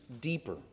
deeper